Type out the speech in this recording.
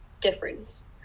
difference